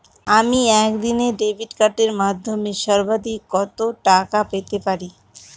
আমি একদিনে ডেবিট কার্ডের মাধ্যমে সর্বাধিক কত টাকা পেতে পারি?